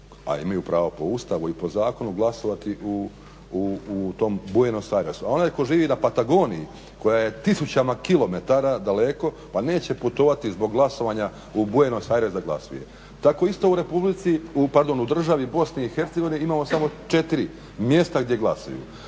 a imaju pravo i po Ustavu i po zakonu glasovati u tom Buenos Airesu, a onaj tko živi na Patagoniji koja je tisućama kilometara daleko, pa neće putovati zbog glasovanja u Buenos Aires da glasuje. Tako isto u Republici, pardon u državi BiH imamo samo 4 mjesta gdje glasuju.